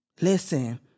listen